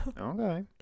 Okay